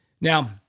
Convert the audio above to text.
Now